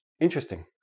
interesting